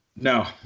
No